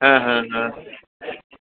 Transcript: ହଁ ହଁ ହଁ